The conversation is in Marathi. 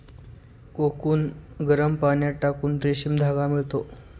कोकून गरम पाण्यात टाकून रेशीम धागा मिळतो